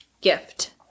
gift